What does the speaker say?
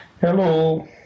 Hello